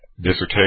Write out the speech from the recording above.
dissertation